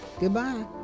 Goodbye